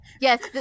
Yes